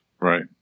Right